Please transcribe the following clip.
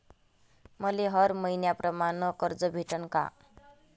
मले हर मईन्याप्रमाणं कर्ज भेटन का?